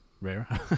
rare